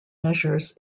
measures